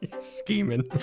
Scheming